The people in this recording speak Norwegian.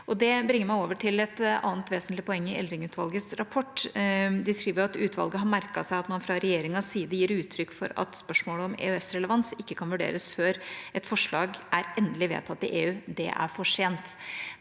Det bringer meg over til et annet vesentlig poeng i Eldring-utvalgets rapport. De skriver: «Utvalget har merket seg at man fra regjeringens side gir uttrykk for at spørsmålet om EØS-relevans ikke kan vurderes før et forslag er endelig vedtatt i EU. Det er for sent.»